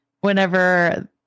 Whenever